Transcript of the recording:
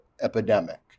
epidemic